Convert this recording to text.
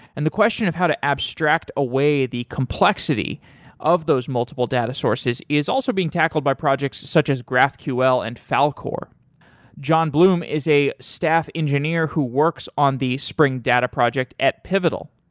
and the question of how to abstract away the complexity of those multiple data sources is also being tackled by projects such as graphql and falcor john blum is a staff engineer who works on the spring data project at pivotal.